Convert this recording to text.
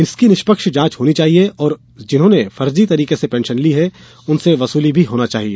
इसकी निष्पक्ष जाँच होना चाहिये और जिन्होंने फर्जी तरीके से पेंशन ली है उनसे वसूली भी होना चाहिये